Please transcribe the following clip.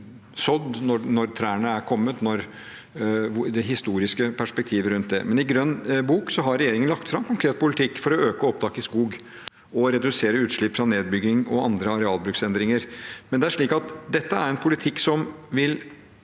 sådd, når trærne er kommet – det historiske perspektiv rundt det. I grønn bok har regjeringen lagt fram en konkret politikk for å øke opptaket i skog og redusere utslipp fra nedbygging og andre arealbruksendringer. Men dette er en politikk som vil